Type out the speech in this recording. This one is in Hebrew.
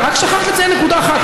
רק שכחת לציין נקודה אחת,